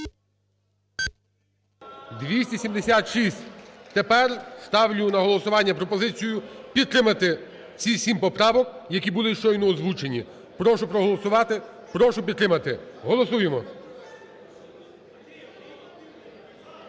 За-276 Тепер ставлю на голосування пропозицію підтримати ці сім поправок, які були щойно озвучені. Прошу проголосувати, прошу підтримати. Голосуємо!